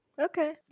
Okay